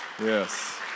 Yes